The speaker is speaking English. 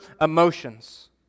emotions